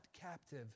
captive